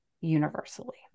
universally